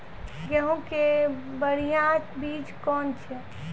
गेहूँ के बढ़िया बीज कौन छ?